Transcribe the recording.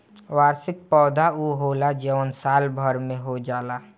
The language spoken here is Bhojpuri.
वार्षिक पौधा उ होला जवन साल भर में हो जाला